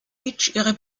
ihre